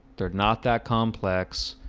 they're not that complex